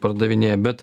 pardavinėja bet